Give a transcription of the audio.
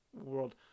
world